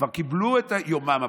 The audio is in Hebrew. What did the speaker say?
כבר קיבלו את יומם הפרקליטות.